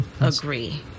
agree